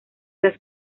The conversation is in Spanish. las